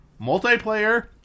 multiplayer